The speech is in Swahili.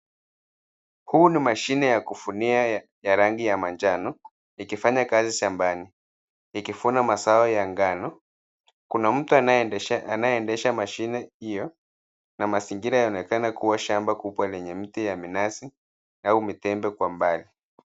Huu ni mashine ya kuvunia ya rangi ya manjano ikifanya kazi shambani, ikivuna mazao ya ngano. Kuna mtu anayeendesha anayeendesha mashine hiyo, na mazingira yanaonekana kuwa shamba kubwa lenye mti ya minazi au mitembe kwa mbali.